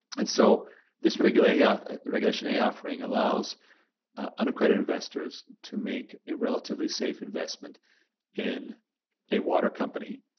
and so this regulation yeah regulation a offering allows unaccredited investors to make a relatively safe investment in a water company,